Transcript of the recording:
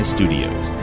Studios